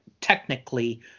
technically